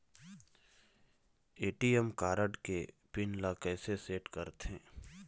ATM card के pin ला कैसे सेट करथे?